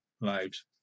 lives